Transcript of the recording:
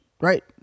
right